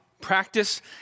practice